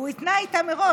והוא התנה איתה מראש.